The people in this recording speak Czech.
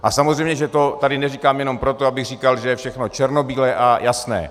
A samozřejmě že to tady neříkám jenom proto, abych říkal, že je všechno černobílé a jasné.